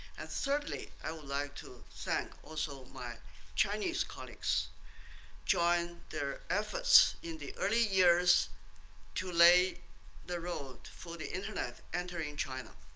and thirdly, i would like to thank also my chinese colleagues during their efforts in the early years to lay the road for the internet entering china.